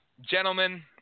gentlemen